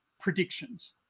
predictions